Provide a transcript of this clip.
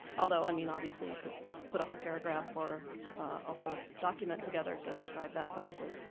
although i mean obviously you could put a whole paragraph or a whole document together to describe that probably.